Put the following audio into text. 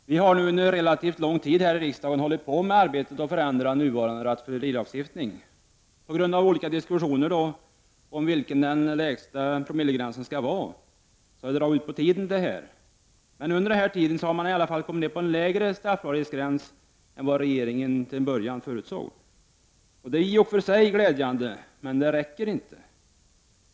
Herr talman! Vi har nu under relativt lång tid här i riksdagen hållit på med arbetet att förändra nuvarande rattfyllerilagstiftning. På grund av olika diskussioner om vilken den lägsta promillegränsen skall vara har det hela dragit ut på tiden. Under den här tiden har man i alla fall kommit ner på en lägre straffbarhetsgräns än vad regeringen till en början förutsåg. Detta är i och för sig glädjande, men det räcker inte.